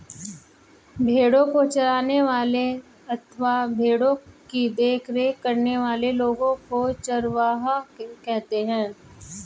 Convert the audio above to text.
भेड़ों को चराने वाले अथवा भेड़ों की देखरेख करने वाले लोगों को चरवाहा कहते हैं